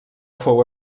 fou